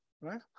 right